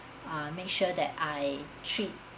ah make sure that I treat